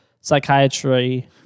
psychiatry